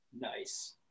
Nice